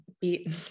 beat